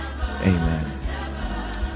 Amen